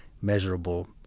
measurable